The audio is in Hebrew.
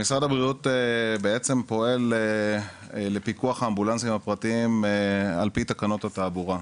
משרד הבריאות פועל לפיקוח על האמבולנסים הפרטיים על פי תקנות התעבורה.